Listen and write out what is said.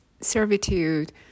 servitude